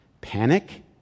Panic